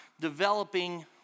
developing